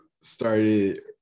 started